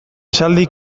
esaldi